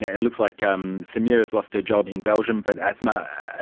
it looks like um samira has lost her job in belgium, but asma,